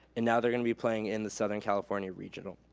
and now they're gonna be playing in the southern california regionals.